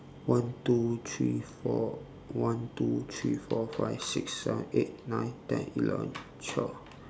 one two three four one two three four five six seven eight nine ten eleven twelve